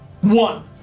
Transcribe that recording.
One